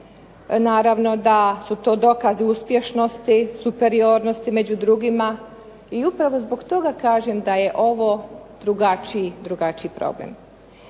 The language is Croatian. naravno da su to dokazi uspješnosti, superiornosti među drugima, i upravo zbog toga kažem da je ovo drugačiji problem.